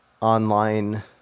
online